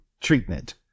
treatment